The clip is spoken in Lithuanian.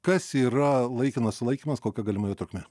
kas yra laikinas sulaikymas kokia galima jo trukmė